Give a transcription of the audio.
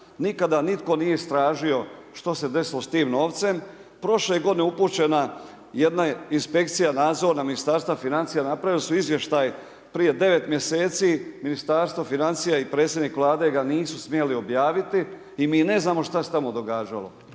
nikada nitko nije istražio što se desilo sa tim novcem. Prošle je godine upućena jedna inspekcija nadzorna Ministarstva financija, napravili su izvještaj prije 9 mjeseci, Ministarstvo financija i predsjednik Vlade ga nisu smjeli objaviti i mi ne znamo šta se tamo događalo.